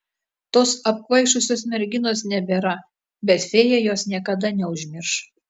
tos apkvaišusios merginos nebėra bet fėja jos niekada neužmirš